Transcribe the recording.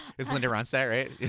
it's linda ronstadt, right?